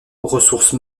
ressource